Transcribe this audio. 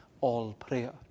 all-prayer